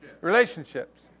Relationships